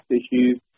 issues